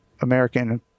American